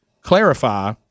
clarify